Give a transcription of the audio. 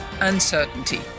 uncertainty